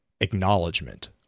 acknowledgement